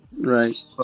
Right